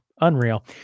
unreal